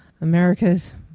America's